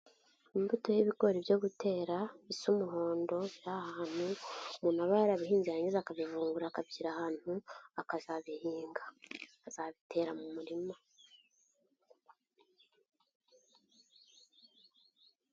Imbuto y'ibigori byo gutera, isi umuhondo biri ahantu umuntu aba yarabihinze yarangiza akabivungura akabishyira ahantu, akazabihinga. Akazabitera mu murima.